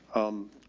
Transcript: um,